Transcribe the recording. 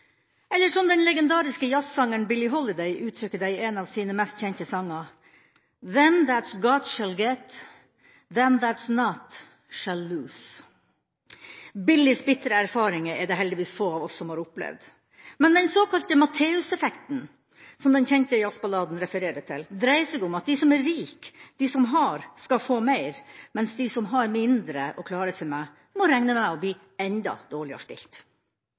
eller som den legendariske jazzsangeren Billie Holiday uttrykte det i en av sine mest kjente sanger: «Them that’s got shall get. Them that’s not shall lose». Billies bitre erfaringer er det heldigvis få av oss som har opplevd. Men den såkalte Matteus-effekten – som den kjente jazzballaden refererer til – dreier seg om at de som er rike, de som har, skal få mer, mens de som har mindre å klare seg med, må regne med å bli enda dårligere stilt.